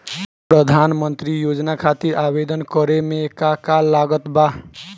प्रधानमंत्री योजना खातिर आवेदन करे मे का का लागत बा?